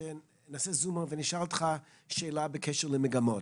תבקשי מנועם, הוא ישלח לכם גם את העבודה הזאת.